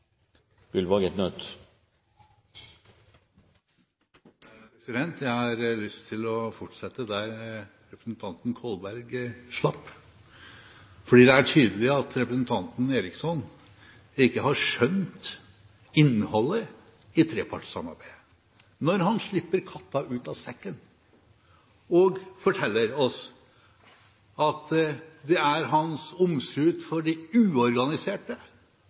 Jeg har lyst til å fortsette der representanten Kolberg slapp, for det er tydelig at representanten Eriksson ikke har skjønt innholdet i trepartssamarbeidet, når han slipper katta ut av sekken og forteller oss at det er